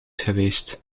geweest